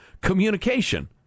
communication